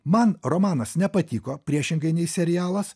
man romanas nepatiko priešingai nei serialas